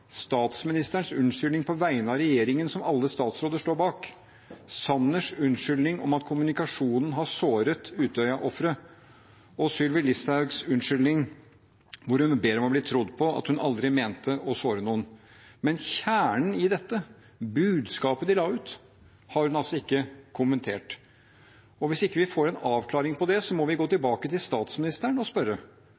statsministerens unnskyldning på vegne av regjeringen, som alle statsråder står bak, Sanners unnskyldning om at kommunikasjonen har såret Utøya-ofre, og Sylvi Listhaugs unnskyldning, hvor hun ber om å bli trodd på at hun aldri mente å såre noen. Men kjernen i dette, budskapet de la ut, har hun ikke kommentert. Hvis vi ikke får en avklaring på det, må vi gå